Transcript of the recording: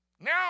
Now